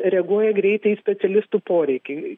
reaguoja greitai į specialistų poreikį